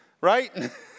Right